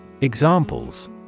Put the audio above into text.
Examples